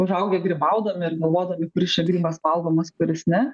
užaugę grybaudami ir galvodami kuris čia grybas valgomas kuris ne